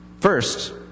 First